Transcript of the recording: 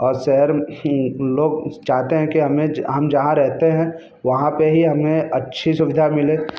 और शहर लोग चाहते हैं कि हमें हम जहाँ रहते हैं वहाँ पर ही हमें अच्छी सुविधा मिले